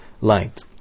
light